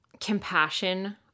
compassion